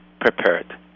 prepared